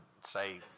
say